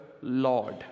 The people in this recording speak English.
Lord